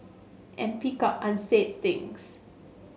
and pick up unsaid things